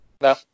No